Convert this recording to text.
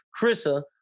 Krissa